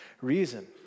reason